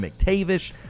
mctavish